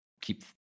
keep